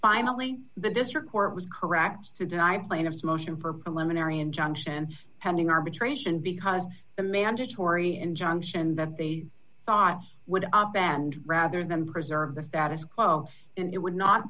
finally the district court was correct to deny plaintiff's motion for a lemon area injunction pending arbitration because the mandatory injunction that they thought would bend rather than preserve the status quo and it would not